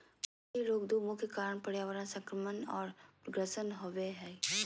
मछली रोग दो मुख्य कारण पर्यावरण संक्रमण और ग्रसन होबे हइ